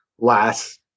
last